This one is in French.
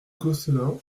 gosselin